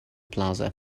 plaza